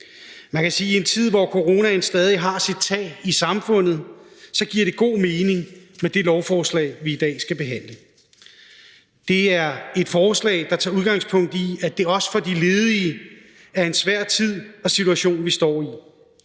Man kan sige, at det i en tid, hvor coronaen stadig har sit tag i samfundet, giver god mening med det lovforslag, vi i dag skal behandle. Det er et forslag, der tager udgangspunkt i, at det også for de ledige er en svær tid og en svær situation, vi står i.